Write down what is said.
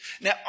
Now